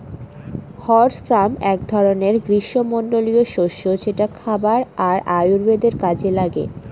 horse gram এক ধরনের গ্রীস্মমন্ডলীয় শস্য যেটা খাবার আর আয়ুর্বেদের কাজে লাগে